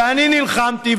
ואני נלחמתי,